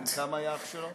בן כמה היה האח שלו?